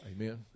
Amen